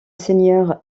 seigneur